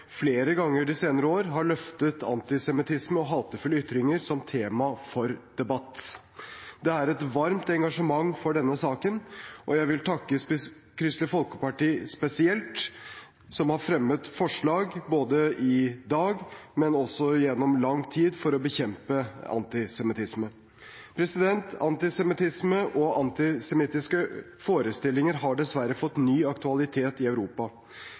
flere ganger de senere år har løftet antisemittisme og hatefulle ytringer som tema for debatt. Det er et varmt engasjement for denne saken. Jeg vil takke Kristelig Folkeparti spesielt for å fremme forslag både i dag og gjennom lang tid for å bekjempe antisemittisme. Antisemittisme og antisemittiske forestillinger har dessverre fått ny aktualitet i Europa.